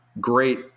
great